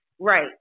Right